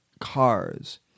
Cars